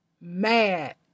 mad